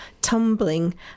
Tumbling